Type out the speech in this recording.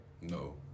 No